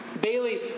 Bailey